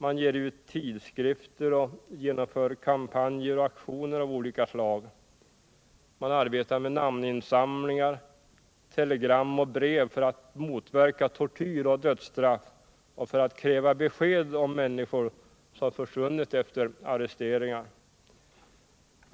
Man ger ut tidskrifter och genomför kampanjer och aktioner av olika slag. Man arbetar med namninsamlingar, telegram och brev för att motverka tortyr och dödsstraff och för att kräva besked om människor som försvunnit efter arresteringar.